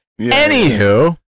Anywho